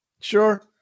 Sure